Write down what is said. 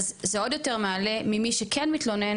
אז זה עוד יותר מעלה ממי שכן מתלונן,